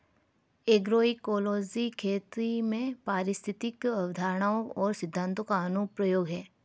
agroecology खेती में पारिस्थितिक अवधारणाओं और सिद्धांतों का अनुप्रयोग है